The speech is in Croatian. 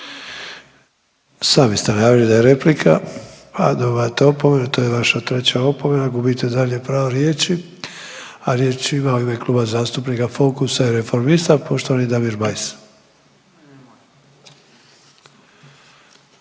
Sami ste naveli da je replika, pa dobivate opomenu i to je vaša 3 opomena, gubite dalje pravo riječi, a riječ ima u ime Kluba zastupnika Fokusa i Reformista poštovani Damir Bajs.